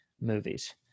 movies